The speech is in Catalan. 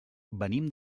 venim